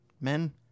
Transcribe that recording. men